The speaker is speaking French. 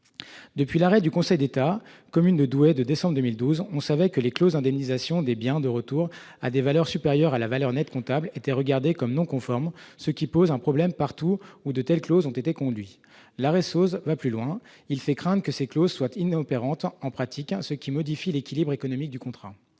Depuis l'arrêt du Conseil d'État du 21 décembre 2012, on savait que les clauses d'indemnisation des biens de retour fixées à des valeurs supérieures à la valeur nette comptable étaient regardées comme non conformes, ce qui pose un problème partout où de telles clauses ont été conclues. L'arrêt va plus loin : il fait craindre que ces clauses soient inopérantes en pratique, ce qui modifie l'équilibre économique du contrat.